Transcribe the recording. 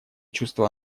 чувства